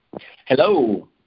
Hello